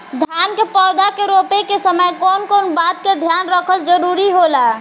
धान के पौधा रोप के समय कउन कउन बात के ध्यान रखल जरूरी होला?